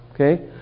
okay